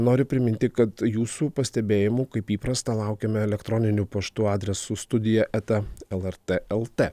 noriu priminti kad jūsų pastebėjimų kaip įprasta laukiame elektroniniu paštu adresu studija eta lrt lt